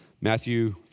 Matthew